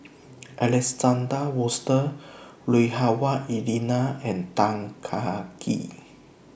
Alexander Wolters Lui Hah Wah Elena and Tan Kah Kee